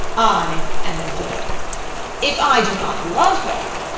i am a villain if i do not love her,